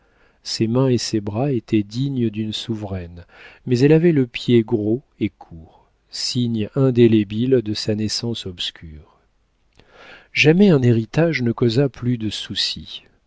ses mains et ses bras étaient dignes d'une souveraine mais elle avait le pied gros et court signe indélébile de sa naissance obscure jamais un héritage ne causa plus de soucis